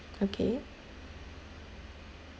okay